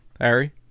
Harry